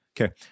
okay